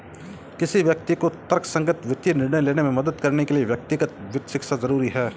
किसी व्यक्ति को तर्कसंगत वित्तीय निर्णय लेने में मदद करने के लिए व्यक्तिगत वित्त शिक्षा जरुरी है